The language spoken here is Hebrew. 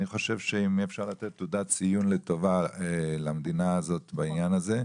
אני חושב שאם אפשר לתת תעודת ציון לטובה למדינה בעניין הזה,